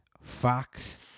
Fox